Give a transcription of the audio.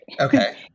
Okay